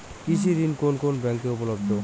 কৃষি ঋণ কোন কোন ব্যাংকে উপলব্ধ?